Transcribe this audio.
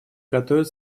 готовят